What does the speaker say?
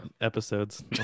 episodes